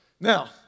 Now